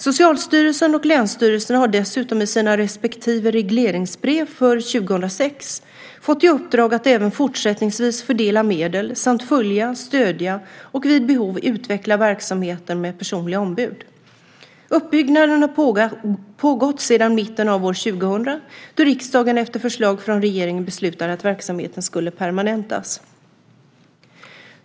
Socialstyrelsen och länsstyrelserna har dessutom i sina respektive regleringsbrev för 2006 fått i uppdrag att även fortsättningsvis fördela medel samt följa, stödja och vid behov utveckla verksamheter med personliga ombud. Uppbyggnaden har pågått sedan mitten av år 2000 då riksdagen efter förslag från regeringen beslutade att verksamheten skulle permanentas.